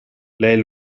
lei